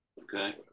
Okay